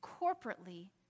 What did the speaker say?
corporately